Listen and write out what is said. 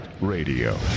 Radio